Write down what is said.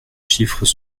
chiffres